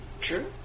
true